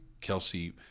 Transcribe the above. Kelsey